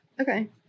Okay